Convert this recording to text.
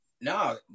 No